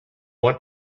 want